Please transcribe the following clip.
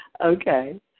Okay